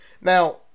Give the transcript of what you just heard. Now